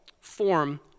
form